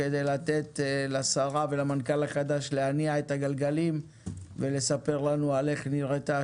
כדי לתת לשרה ולמנכ"ל החדש להניע את הגלגלים ולספר לנו על איך נראתה